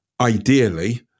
Ideally